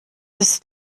ist